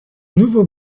nouveau